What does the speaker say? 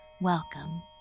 welcome